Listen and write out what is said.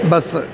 bus